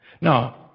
Now